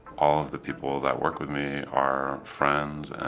all of the people that work with me are friends.